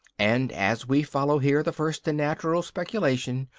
and as we follow here the first and natural speculation,